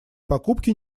покупки